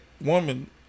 woman